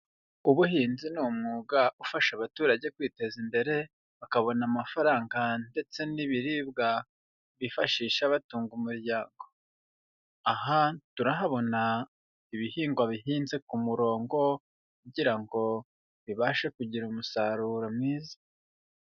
Ubuhinzi ni umwuga ufasha abaturage kwiteza imbere, bakabona amafaranga ndetse n'ibiribwa bifashisha batunga umuryango, aha turahabona ibihingwa bihinze ku murongo kugira ngo bibashe kugira umusaruro mwiza.